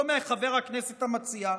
לא מחבר הכנסת המציע,